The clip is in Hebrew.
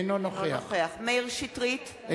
אינו נוכח מאיר שטרית,